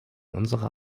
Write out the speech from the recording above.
unserer